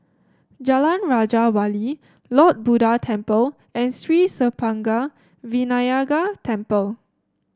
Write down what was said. Jalan Raja Wali Lord Buddha Temple and Sri Senpaga Vinayagar Temple